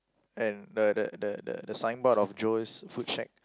and the the the the the signboard of Joe's food shack